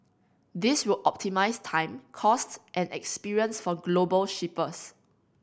this will optimise time cost and experience for global shippers